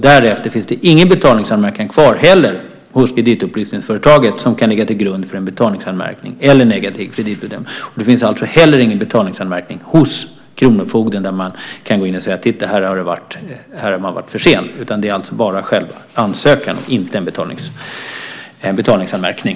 Därefter finns det ingen betalningsanmärkning kvar heller hos kreditupplysningsföretaget som kan ligga till grund för en betalningsanmärkning eller till en negativ kreditbedömning. Det finns alltså heller ingen betalningsanmärkning hos kronofogden där man kan gå in och se att någon har varit sen. Det är bara själva ansökan, inte en betalningsanmärkning.